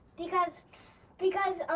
because because,